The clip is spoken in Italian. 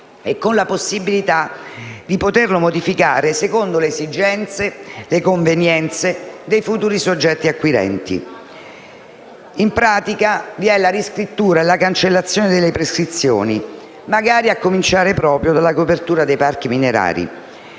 e con la possibilità di poterlo modificare secondo le esigenze, le convenienze dei futuri soggetti acquirenti. In pratica, vi è la riscrittura e la cancellazione delle prescrizioni, magari a cominciare proprio dalla copertura dei parchi minerari,